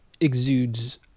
exudes